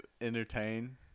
Entertain